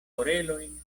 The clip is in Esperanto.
orelojn